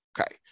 Okay